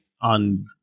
on